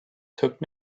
took